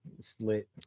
Split